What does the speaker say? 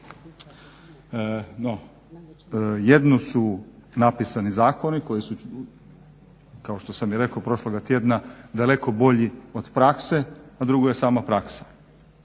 jedno su napisani zakoni koji su kao što sam i rekao prošloga tjedna daleko bolji od prakse, a drugo je sama praksa.